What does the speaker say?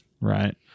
right